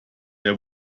der